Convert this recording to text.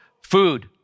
food